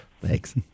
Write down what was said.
Thanks